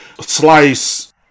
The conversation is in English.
slice